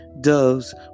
Doves